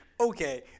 Okay